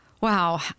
Wow